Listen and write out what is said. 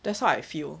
that's how I feel